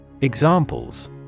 Examples